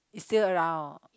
it's still around